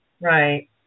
Right